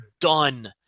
done